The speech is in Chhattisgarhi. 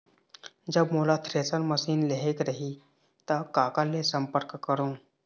जब मोला थ्रेसर मशीन लेहेक रही ता काकर ले संपर्क करों?